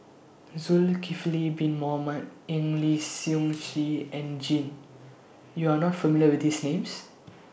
Zulkifli Bin Mohamed Eng Lee Seok Chee and Jin YOU Are not familiar with These Names